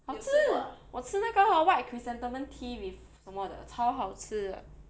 好吃我吃那个 hor white chrysanthemum tea with 什么的超好吃的